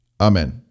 Amen